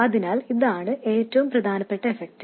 അതിനാൽ ഇതാണ് ഏറ്റവും പ്രധാനപ്പെട്ട ഫലം